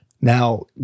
Now